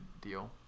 deal